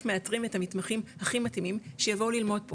מאתרים את המתמחים הכי מתאימים שיבואו ללמוד פה